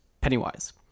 Pennywise